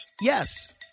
Yes